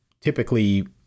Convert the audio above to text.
typically